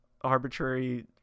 arbitrary